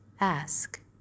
Ask